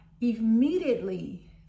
immediately